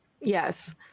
Yes